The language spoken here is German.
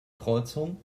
kreuzung